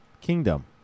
kingdom